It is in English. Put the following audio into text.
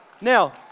Now